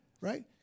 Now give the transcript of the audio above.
Right